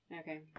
Okay